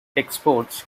exports